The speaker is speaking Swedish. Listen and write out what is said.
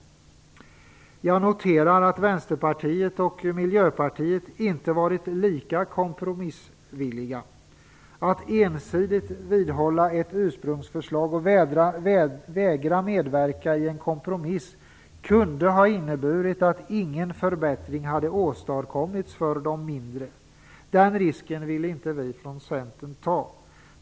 Jag noterar att Vänsterpartiet och Miljöpartiet inte varit lika kompromissvilliga. Att ensidigt vidhålla ett ursprungsförslag och vägra medverka i en kompromiss kunde inneburit att ingen förbättring åstadkommits för de mindre etablerade konstnärerna. Den risken ville inte Centern ta.